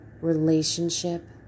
relationship